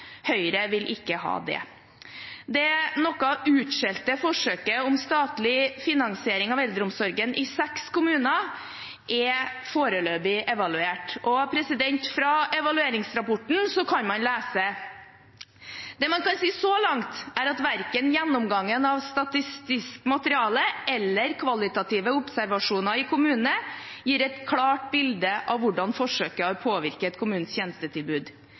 Høyre vil ikke ha det. Det noe utskjelte forsøket om statlig finansiering av eldreomsorgen i seks kommuner er foreløpig evaluert, og fra evalueringsrapporten kan man lese: «Det man kan si så langt er at verken gjennomgangen av statistisk materiale eller kvalitative observasjoner i kommunene gir et klart bilde av hvordan forsøket har påvirket kommunenes tjenestetilbud.